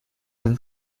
been